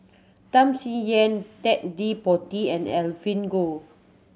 Tham Sien Yen Ted De Ponti and Evelyn Goh